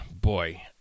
boy